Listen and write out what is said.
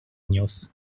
news